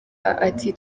ati